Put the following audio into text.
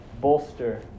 bolster